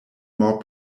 more